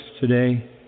today